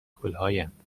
گلهایند